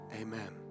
Amen